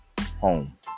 home